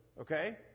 Okay